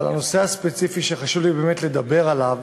אבל הנושא הספציפי שחשוב לי באמת לדבר עליו